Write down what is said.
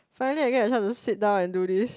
finally you get yourself to sit down and do this